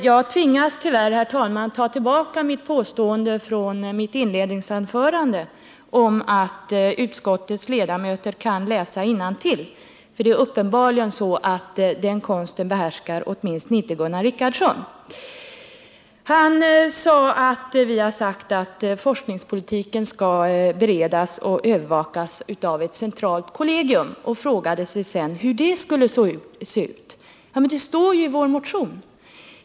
Jag tvingas tyvärr, herr talman, att ta tillbaka mitt påstående från mitt inledningsanförande, att utskottets ledamöter kan läsa innantill. För det är uppenbarligen så att den konsten behärskar åtminstone inte Gunnar Richardson. Han anförde att vi har sagt att forskningspolitiken skall beredas och övervakas av ett centralt kollegium och frågar sedan hur det skall se ut. Ja, men det står ju i vår motion.